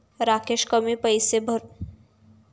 राकेश कमी कर भरतो याकडे लेखापरीक्षकांनी लक्ष वेधले